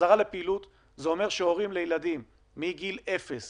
המשמעות של חזרה לפעילות היא שהורים לילדים מגיל אפס